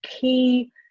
key